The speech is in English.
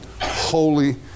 Holy